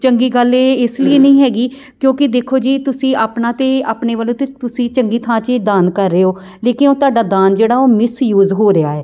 ਚੰਗੀ ਗੱਲ ਇਹ ਇਸ ਲਈ ਨਹੀਂ ਹੈਗੀ ਕਿਉਂਕਿ ਦੇਖੋ ਜੀ ਤੁਸੀਂ ਆਪਣਾ ਤਾਂ ਆਪਣੇ ਵੱਲੋਂ ਤਾਂ ਤੁਸੀਂ ਚੰਗੀ ਥਾਂ 'ਚ ਦਾਨ ਕਰ ਰਹੇ ਹੋ ਲੇਕਿਨ ਤੁਹਾਡਾ ਦਾਨ ਜਿਹੜਾ ਉਹ ਮਿਸਯੂਜ਼ ਹੋ ਰਿਹਾ ਹੈ